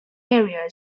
area